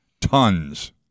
tons